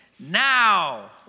Now